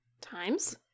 times